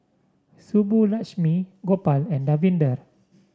Subbulakshmi Gopal and Davinder